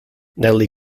natalie